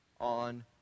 on